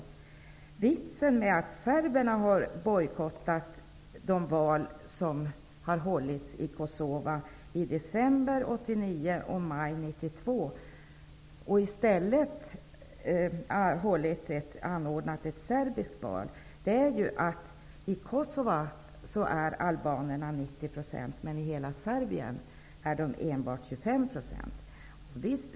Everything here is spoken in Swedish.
Anledningen till att serberna har bojkottat de val som har hållits i Kosova i december 1989 och maj 1992, och i stället anordnat ett serbiskt val, är ju att albanerna i Kosova utgör 90 % av befolkningen, medan de i hela Serbien utgör enbart 25 %.